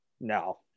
No